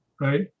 right